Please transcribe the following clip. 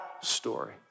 story